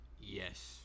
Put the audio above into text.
Yes